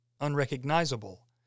unrecognizable